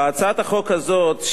בהצעת החוק הזאת,